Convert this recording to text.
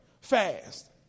fast